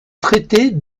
traiter